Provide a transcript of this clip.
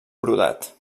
brodat